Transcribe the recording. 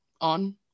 on